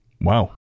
wow